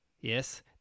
Yes